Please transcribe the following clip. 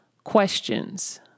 questions